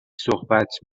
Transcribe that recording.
صحبت